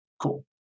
Cool